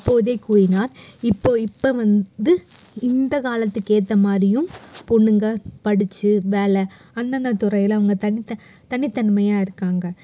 அப்போதே கூறினார் இப்போது இப்போ வந்து இந்த காலத்துக்கு ஏற்ற மாதிரியும் பெண்ணுங்க படித்து வேலை அந்தந்த துறையில் அவங்க தனித்தன்மையாக இருக்காங்க